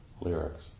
lyrics